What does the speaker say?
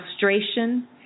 frustration